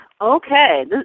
Okay